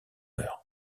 heures